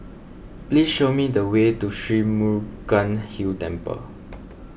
please show me the way to Sri Murugan Hill Temple